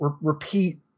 repeat